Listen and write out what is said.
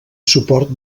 suport